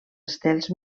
estels